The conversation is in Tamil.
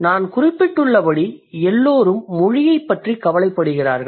நான் குறிப்பிட்டுள்ளபடி எல்லோரும் மொழியைப் பற்றிக் கவலைப்படுகிறார்கள்